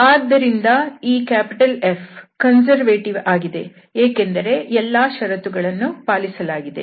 ಆದ್ದರಿಂದ ಈ F conservative ಆಗಿದೆ ಏಕೆಂದರೆ ಎಲ್ಲಾ ಷರತ್ತುಗಳನ್ನು ಪಾಲಿಸಲಾಗಿದೆ